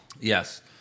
Yes